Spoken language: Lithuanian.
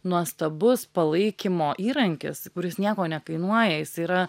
nuostabus palaikymo įrankis kuris nieko nekainuoja jis yra